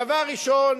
דבר ראשון,